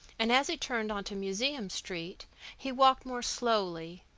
and as he turned into museum street he walked more slowly,